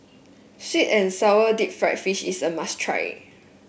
sweet and sour Deep Fried Fish is a must try